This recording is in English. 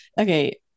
Okay